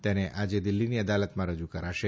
તેને આજે દિલ્ફીની અદાલતમાં રજુ કરાશે